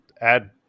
add